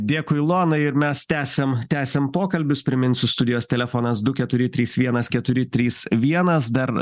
dėkui ilonai ir mes tęsiam tęsiam pokalbius priminsiu studijos telefonas du keturi trys vienas keturi trys vienas dar